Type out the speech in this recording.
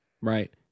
right